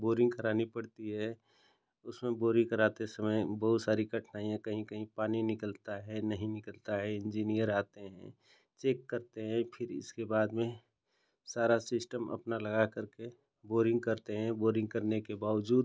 boring करानी पड़ती है उसमें बोरिन्ग कराते समय बहुत सारी कठिनाइयाँ कहीं कहीं पानी निकलता है नहीं निकलता है इन्जीनियर आते हैं चेक करते हैं फिर इसके बाद में सारा सिस्टम अपना लगा करके बोरिन्ग करते हैं बोरिन्ग करने के बावजूद